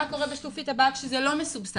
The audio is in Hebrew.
מה קורה בשקופית הבאה כשזה לא מסובסד?